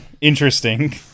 interesting